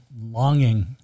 longing